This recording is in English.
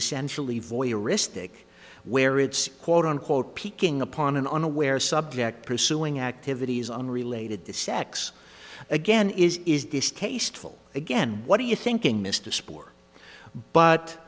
essentially voyeuristic where it's quote unquote peaking upon an unaware subject pursuing activities unrelated that sex again is is distasteful again what are you thinking mr spore but